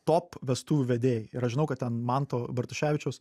top vestuvių vedėjai ir aš žinau kad ten manto bartuševičiaus